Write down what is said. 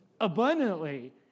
abundantly